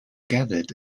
gathered